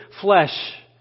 flesh